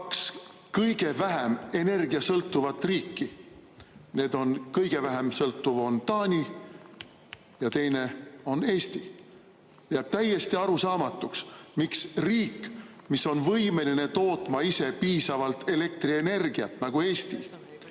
kaks kõige vähem energiasõltuvat riiki. Kõige vähem sõltuv on Taani ja teine on Eesti. Jääb täiesti arusaamatuks, miks riik, mis on võimeline tootma ise piisavalt elektrienergiat, nagu Eesti